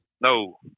no